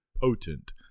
Potent